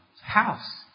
house